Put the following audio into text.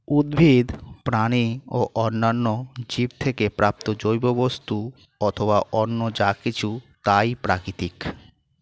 উদ্ভিদ, প্রাণী ও অন্যান্য জীব থেকে প্রাপ্ত জৈব বস্তু অথবা অন্য যা কিছু তাই প্রাকৃতিক